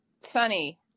Sunny